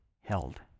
held